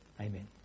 Amen